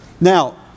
Now